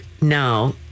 now